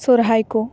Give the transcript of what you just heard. ᱥᱚᱨᱦᱟᱭ ᱠᱚ